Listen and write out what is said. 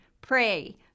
pray